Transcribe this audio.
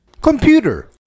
Computer